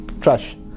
trash